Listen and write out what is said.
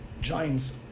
Giants